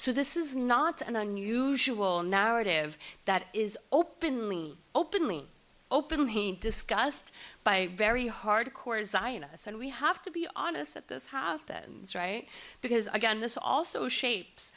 so this is not an unusual narrative that is openly openly openly discussed by very hard core zionists and we have to be honest that this have this right because again this also shapes